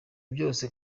byose